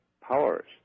powers